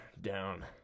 down